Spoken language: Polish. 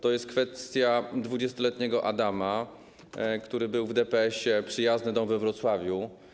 To jest kwestia 20-letniego Adama, który był w DPS-ie ˝Przyjazny dom˝ we Wrocławiu.